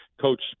coach